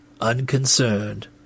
unconcerned